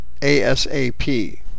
ASAP